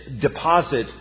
deposit